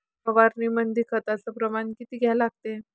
फवारनीमंदी खताचं प्रमान किती घ्या लागते?